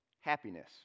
Happiness